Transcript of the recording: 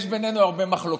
יש בינינו הרבה מחלוקות.